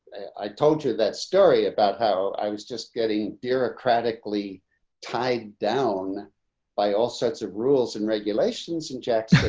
i told you that story about how i was just getting direct pratically tied down by all sorts of rules and regulations. and jack said,